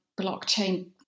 blockchain